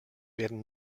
werden